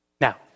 Now